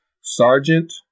Sergeant